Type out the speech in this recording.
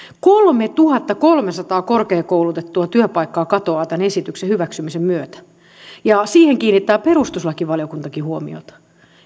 kolmetuhattakolmesataa korkeakoulutettua työpaikkaa katoaa tämän esityksen hyväksymisen myötä siihen kiinnittää perustuslakivaliokuntakin huomiota